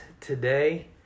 today